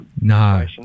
No